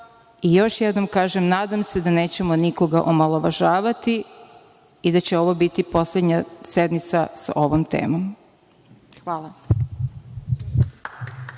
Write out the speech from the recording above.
i još jednom kažem, nadam se da nećemo nikoga omalovažavati i da će ovo biti poslednja sednica sa ovom temom. Hvala.